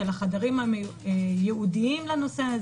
של החדרים הייעודיים בנושא.